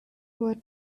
were